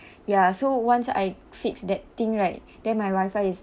ya so once I fix that thing right then my wifi is